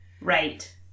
Right